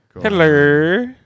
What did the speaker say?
Hello